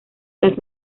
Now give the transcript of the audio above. las